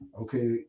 Okay